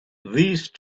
these